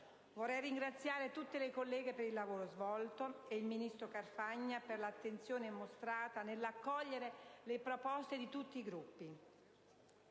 Vorrei ringraziare tutte le colleghe per il lavoro svolto e il ministro Carfagna per l'attenzione mostrata nell'accogliere le proposte di tutti i Gruppi.